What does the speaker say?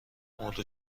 مرده